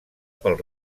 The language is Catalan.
pel